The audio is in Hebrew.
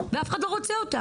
ואף אחד לא רוצה אותם.